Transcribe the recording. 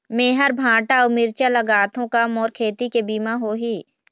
मेहर भांटा अऊ मिरचा लगाथो का मोर खेती के बीमा होही?